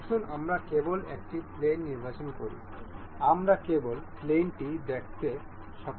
আসুন আমরা কেবল একটি প্লেন নির্বাচন করি আমরা কেবল প্লেনটি দেখতে সক্ষম হব